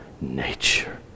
nature